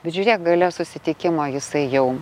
bet žiūrėk gale susitikimo jisai jau